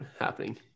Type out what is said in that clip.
happening